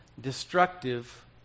destructive